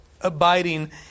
abiding